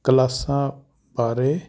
ਕਲਾਸਾਂ ਬਾਰੇ